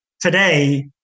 today